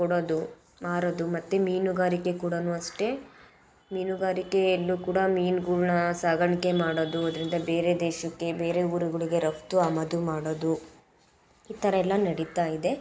ಕೊಡೋದು ಮಾರೋದು ಮತ್ತು ಮೀನುಗಾರಿಕೆ ಕೂಡ ಅಷ್ಟೇ ಮೀನುಗಾರಿಕೆಯಲ್ಲೂ ಕೂಡ ಮೀನುಗಳ್ನ ಸಾಗಾಣಿಕೆ ಮಾಡೋದು ಅದರಿಂದ ಬೇರೆ ದೇಶಕ್ಕೆ ಬೇರೆ ಊರುಗಳಿಗೆ ರಫ್ತು ಆಮದು ಮಾಡೋದು ಈ ಥರ ಎಲ್ಲ ನಡೀತಾ ಇದೆ